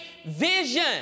vision